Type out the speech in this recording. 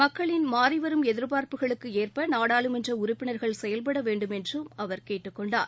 மக்களின் மாறிவரும் எதிர்ப்பார்ப்புகளுக்கு ஏற்ப நாடாளுமன்ற உறுப்பினர்கள் செயல்பட வேண்டும் என்றும் அவர் கேட்டுக்கொண்டார்